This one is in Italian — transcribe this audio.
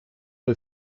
del